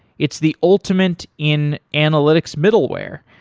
it's the ultimate in analytics middleware.